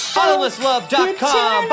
bottomlesslove.com